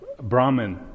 Brahman